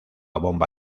bomba